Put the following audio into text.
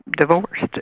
divorced